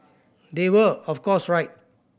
they were of course right